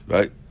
Right